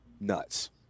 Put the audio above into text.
nuts